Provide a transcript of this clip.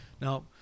Now